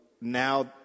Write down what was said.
now